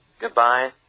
Goodbye